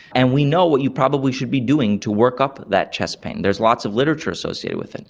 and we know what you probably should be doing to work up that chest pain. there's lots of literature associated with it.